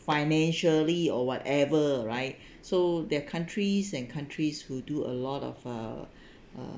financially or whatever right so their countries and countries who do a lot of uh uh